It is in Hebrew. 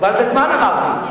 מוגבל בזמן אמרתי.